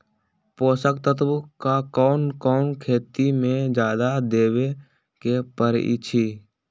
पोषक तत्व क कौन कौन खेती म जादा देवे क परईछी?